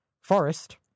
Forest